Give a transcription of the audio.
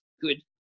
good